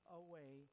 away